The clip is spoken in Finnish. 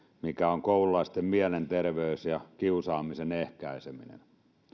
mikä on koululaisten mielenterveys ja kiusaamisen ehkäiseminen